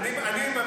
אני ימני.